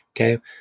Okay